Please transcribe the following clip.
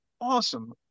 awesome